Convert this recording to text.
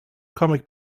comic